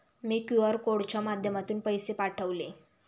मी QR कोडच्या माध्यमातून पैसे पाठवले